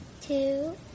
two